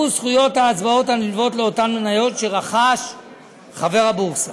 זכויות ההצבעה הנלוות לאותן מניות שרכש חבר הבורסה.